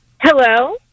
Hello